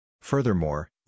Furthermore